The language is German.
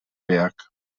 berg